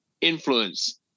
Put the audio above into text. influence